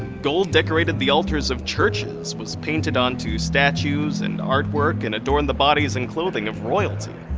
gold decorated the altars of churches, was painted onto statues and artwork and adorned the bodies and clothing of royalty.